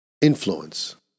influence